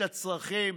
את הצרכים,